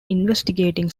investigating